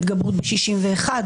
התגברות ב-61,